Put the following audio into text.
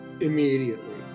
immediately